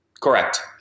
correct